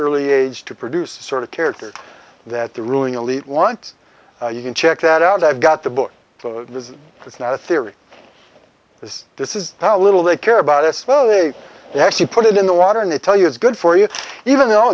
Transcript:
early age to produce a sort of character that the ruling elite want you can check that out i've got the book to it's not a theory this this is how little they care about us well they actually put it in the water and they tell you it's good for you even though